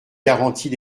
garanties